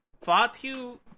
Fatu